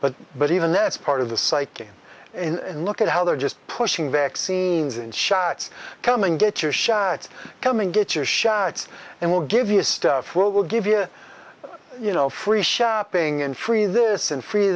but but even that's part of the psyche and look at how they're just pushing vaccines and shots coming get your shots coming get your shots and we'll give you stuff well we'll give you you know free shopping and free this and free